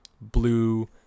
blue